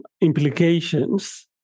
implications